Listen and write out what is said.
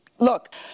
Look